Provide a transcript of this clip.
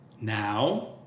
Now